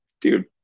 dude